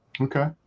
Okay